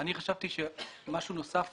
אני חשבתי שמשהו נוסף